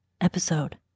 episode